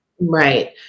Right